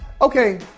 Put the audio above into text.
Okay